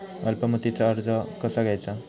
अल्प मुदतीचा कर्ज कसा घ्यायचा?